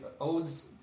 odes